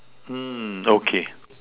mm okay